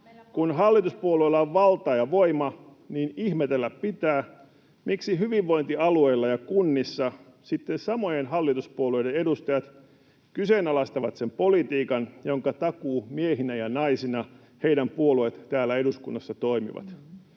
Kun hallituspuolueilla on valta ja voima, niin ihmetellä pitää, miksi hyvinvointialueilla ja kunnissa sitten samojen hallituspuolueiden edustajat kyseenalaistavat sen politiikan, jonka takuumiehinä ja -naisina heidän puolueensa täällä eduskunnassa toimivat.